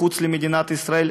מחוץ למדינת ישראל,